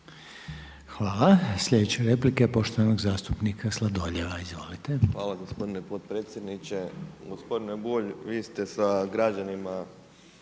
Hvala. Sljedeća replika je poštovanog zastupnika Sladoljeva. Izvolite. **Sladoljev, Marko (MOST)** Hvala gospodine potpredsjedniče. Gospodine Bulj, vi ste sa građanima